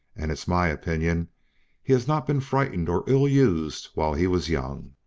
and it's my opinion he has not been frightened or ill-used while he was young.